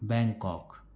Bangkok